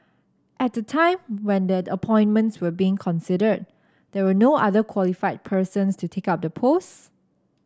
at the time when the appointments were being considered there were no other qualified persons to take up the posts